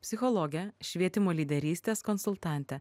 psichologę švietimo lyderystės konsultantę